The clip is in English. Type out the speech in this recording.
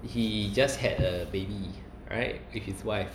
he just had a baby right with his wife